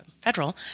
federal